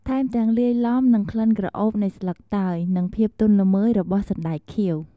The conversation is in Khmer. ថែមទាំង លាយឡំនឹងក្លិនក្រអូបនៃស្លឹកតើយ និងភាពទន់ល្មើយរបស់សណ្ដែកខៀវ។